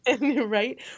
Right